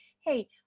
hey